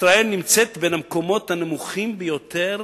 ישראל נמצאת בין המקומות הנמוכים ביותר